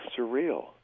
surreal